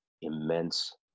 immense